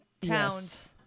towns